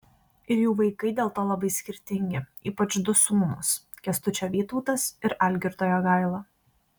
ir jų vaikai dėl to labai skirtingi ypač du sūnūs kęstučio vytautas ir algirdo jogaila